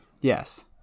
Yes